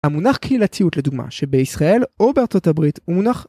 המונח קהילתיות לדוגמה שבישראל או בארצות הברית הוא מונח